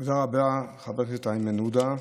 תודה רבה, חבר הכנסת איימן עודה.